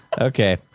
Okay